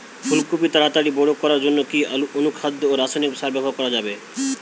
ফুল কপি তাড়াতাড়ি বড় করার জন্য কি অনুখাদ্য ও রাসায়নিক সার ব্যবহার করা যাবে?